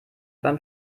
beim